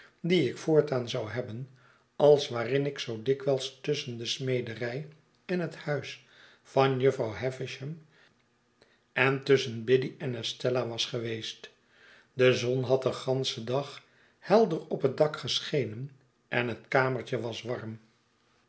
die ik voortaan zou hebben als waarin ik zoo dikwijls tusschen de smederij en het huis van jufvrouw havisham en tusschen biddy en estella was geweest be zon had den ganschen dag helder op het dak geschenen en het kamertje was warm